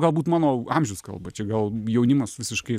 galbūt mano amžiaus kalba čia gal jaunimas visiškai